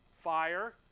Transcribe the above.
Fire